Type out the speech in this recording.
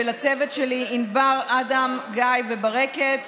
ולצוות שלי, ענבר, אדם, גיא וברקת.